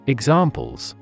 Examples